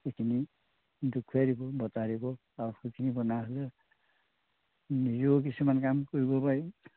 এইখিনি দেখুৱাই দিব বুজাই দিব আৰু সেইখিনি বনাই হ'লে নিজেও কিছুমান কাম কৰিব পাৰি